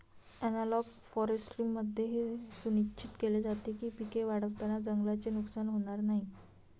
analogue फॉरेस्ट्रीमध्ये हे सुनिश्चित केले जाते की पिके वाढवताना जंगलाचे नुकसान होणार नाही